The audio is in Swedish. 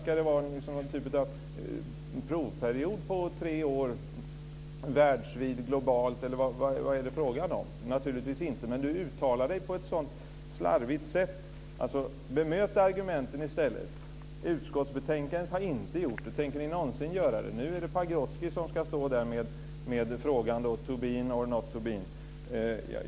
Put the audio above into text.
Ska det vara en typ av provperiod på tre år världsvitt, globalt, eller vad är det fråga om? Naturligtvis inte, men Tommy Waidelich uttalar sig på ett så slarvigt sätt. Bemöt argumenten i stället! Utskottsbetänkandet har inte gjort det. Tänker ni någonsin göra det? Nu är det Pagrotsky som ska stå med frågan: "Tobin or not Tobin?"